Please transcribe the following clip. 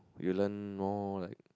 you learn more like